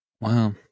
Wow